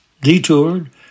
detoured